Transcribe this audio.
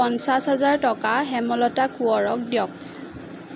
পঞ্চাশ হেজাৰ টকা হেমলতা কোঁৱৰক দিয়ক